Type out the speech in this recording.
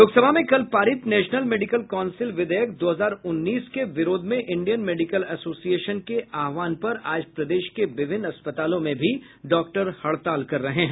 लोकसभा में कल पारित नेशनल मेडिकल काउंसिल विधेयक दो हजार उन्नीस के विरोध में इंडियन मेडिकल एसोसिएशन के आहवान पर आज प्रदेश के विभिन्न अस्पतालों में भी डॉक्टर हड़ताल कर रहे हैं